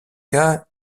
cas